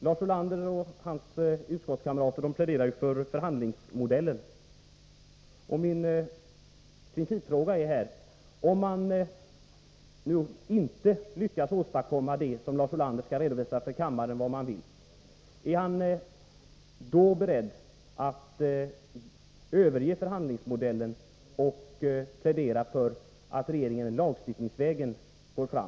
Lars Ulander och hans utskottskamrater pläderar ju för förhandlingsmodellen, och min principfråga är: Om man nu inte lyckas åstadkomma det som Lars Ulander skall redovisa för kammaren, är man då beredd att överge förhandlingsmodellen och plädera för att regeringen skall gå fram lagstiftningsvägen?